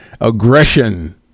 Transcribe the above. aggression